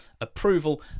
approval